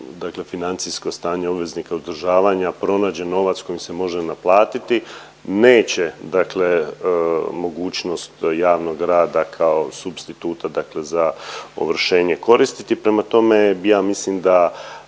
financijsko stanje obveznika uzdržavanja pronađe novac kojim se može naplatiti, neće dakle mogućnost javnog rada kao supstituta dakle za ovršenje koristiti prema tome, ja mislim da